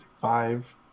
five